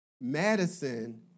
Madison